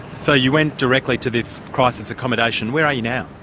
so you went directly to this crisis accommodation. where are you now?